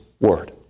word